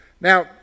Now